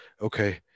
okay